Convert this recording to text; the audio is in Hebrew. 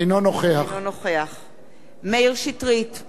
מאיר שטרית, אינו נוכח